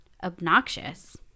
obnoxious